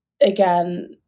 again